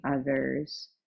others